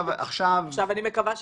עכשיו אני מקווה שכן.